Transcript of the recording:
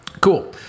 Cool